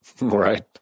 right